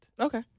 Okay